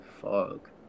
Fuck